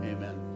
Amen